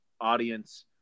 audience